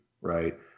right